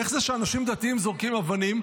איך זה שאנשים דתיים זורקים אבנים?